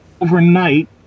overnight